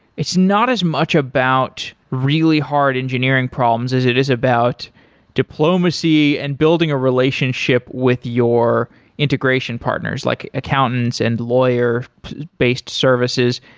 it's not as much about really hard engineering problems as it is about diplomacy and building a relationship with your integration partners, like accountants and lawyer-based services.